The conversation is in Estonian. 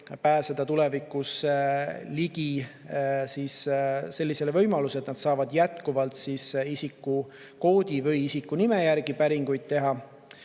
pääseda tulevikus ligi sellisele võimalusele, et nad saavad jätkuvalt isikukoodi või isikunime järgi päringuid teha.